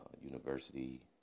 University